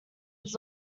his